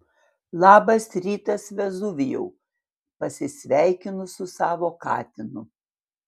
labas rytas vezuvijau pasisveikinu su savo katinu